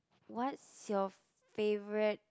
what's your favourite